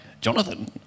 Jonathan